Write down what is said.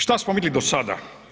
Šta smo vidjeli do sada?